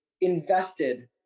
invested